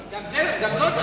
גם זאת שאלה,